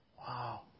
Wow